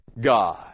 God